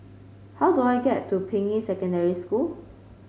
how do I get to Ping Yi Secondary School